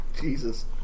Jesus